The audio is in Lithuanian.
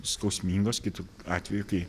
skausmingos kitu atveju kai